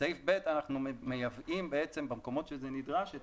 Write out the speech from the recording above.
בסעיף (ב) אנחנו מייבאים במקומות שזה נדרש את